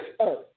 earth